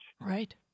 Right